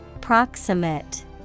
Proximate